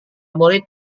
murid